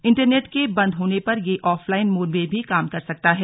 internet के बंद होने पर यह ऑफलाइन मोड में भी काम करता है